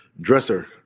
dresser